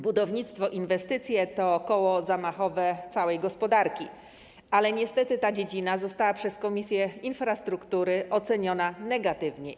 Budownictwo i inwestycje to koło zamachowe całej gospodarki, ale niestety ta dziedzina została przez Komisję Infrastruktury oceniona negatywnie.